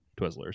twizzlers